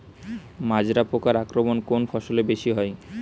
মাজরা পোকার আক্রমণ কোন ফসলে বেশি হয়?